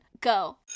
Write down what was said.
go